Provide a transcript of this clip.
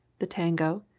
the tango,